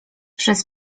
przez